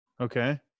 Okay